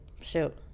shoot